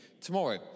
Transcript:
tomorrow